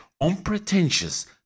unpretentious